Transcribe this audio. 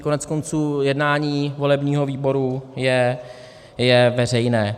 Koneckonců jednání volebního výboru je veřejné.